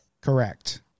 Correct